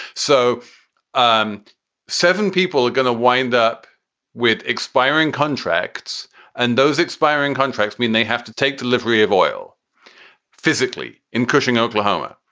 so um seven people are going to wind up with expiring contracts and those expiring contracts mean they have to take delivery of oil physically in cushing, oklahoma.